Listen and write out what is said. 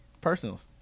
Personals